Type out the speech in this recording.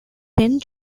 ten